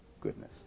Goodness